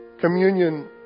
Communion